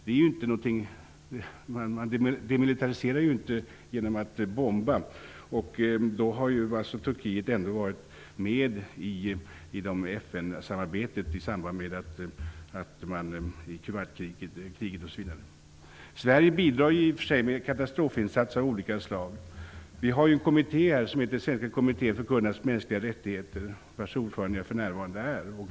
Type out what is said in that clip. Man demilitariserar ju inte genom att bomba. Ändå har Turkiet varit med i FN-samarbetet i samband med Sverige bidrar i och för sig med katastrofinsatser av olika slag. Vi har en kommitté som heter Svenska kommittén för kurdernas mänskliga rättigheter vars ordförande jag för närvarande är.